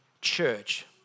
church